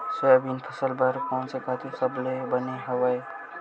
Soybean फसल बर कोन से खातु सबले बने हवय?